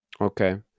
okay